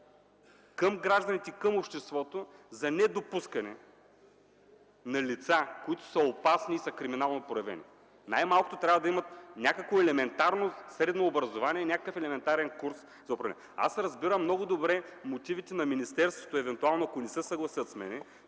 към гражданите, към обществото за недопускане на лица, които са опасни и криминално проявени. Най-малкото трябва да имат някакво елементарно средно образование и курс за управление. Разбирам много добре мотивите на министерството, евентуално ако не се съгласят с мен,